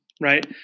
right